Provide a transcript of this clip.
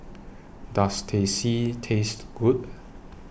Does Teh C Taste Good